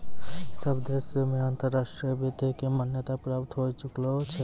सब देश मे अंतर्राष्ट्रीय वित्त के मान्यता प्राप्त होए चुकलो छै